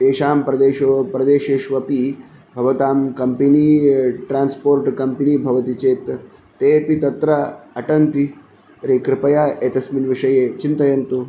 तेषां प्रदेशो प्रदेशेष्वपि भवतां कम्पेनी ट्रान्स्पोर्ट् कम्पेनी भवति चेत् तेऽपि तत्र अटन्ति तर्हि कृपया एतस्मिन् विषये चिन्तयन्तु